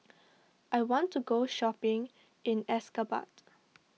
I want to go shopping in Ashgabat